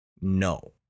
No